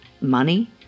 money